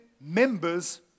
members